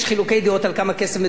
מדובר על חודש אוגוסט.